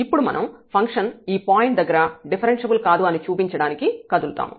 ఇప్పుడు మనం ఫంక్షన్ ఈ పాయింట్ దగ్గర డిఫరెన్ష్యబుల్ కాదు అని చూపించడానికి కదులుతాము